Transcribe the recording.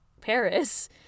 Paris